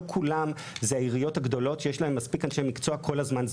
לא כולן זה עיריות גדולות שיש להן מספיק אנשי מקצוע שזמינים כל הזמן.